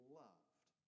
loved